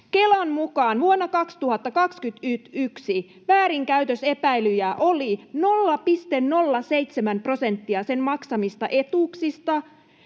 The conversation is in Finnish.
Kelan mukaan vuonna 2021 väärinkäytösepäilyjä oli 0,07 prosenttia sen maksamista etuuksista,